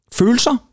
følelser